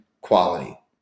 quality